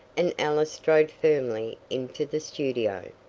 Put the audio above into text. and ellis strode firmly into the studio.